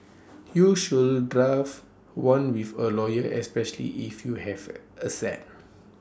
you should draft one with A lawyer especially if you have assets